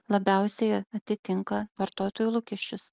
labiausiai atitinka vartotojų lūkesčius